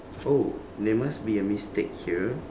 oh there must be a mistake here